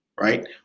Right